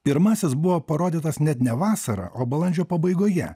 pirmasis buvo parodytas net ne vasarą o balandžio pabaigoje